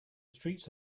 streets